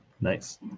Nice